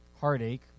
heartache